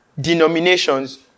denominations